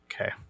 Okay